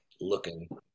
looking